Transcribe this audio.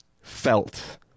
Felt